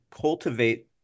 cultivate